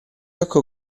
ecco